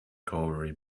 corey